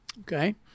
okay